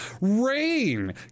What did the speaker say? Rain